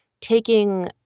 taking